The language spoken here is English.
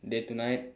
day to night